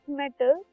metal